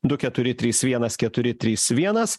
du keturi trys vienas keturi trys vienas